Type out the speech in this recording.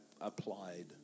applied